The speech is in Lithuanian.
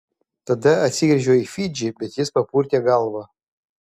tada atsigręžiau į fidžį bet jis papurtė galvą